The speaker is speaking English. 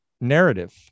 narrative